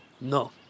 No